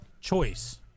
choice